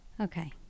Okay